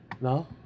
No